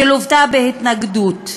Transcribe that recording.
שלוותה בהתנגדות.